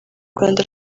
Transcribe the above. rwanda